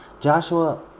Joshua